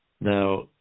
Now